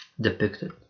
depicted